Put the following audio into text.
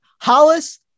Hollis